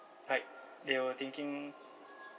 like they were thinking